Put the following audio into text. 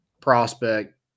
prospect